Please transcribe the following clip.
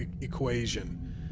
equation